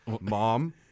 mom